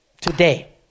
today